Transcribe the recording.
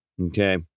Okay